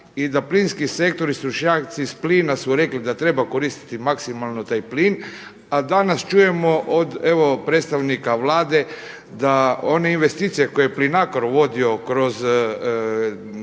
i da plinski sektori su … plina su rekli da treba koristiti maksimalno taj plin, a danas čujemo od evo predstavnika Vlade da one investicije koje Plinacro vodio kroz glavne